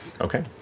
Okay